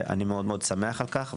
אני מאוד שמח על כך.